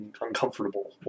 uncomfortable